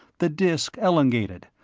the disk elongated,